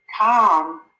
calm